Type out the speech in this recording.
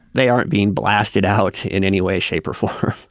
they aren't being blasted out in any way, shape, or form.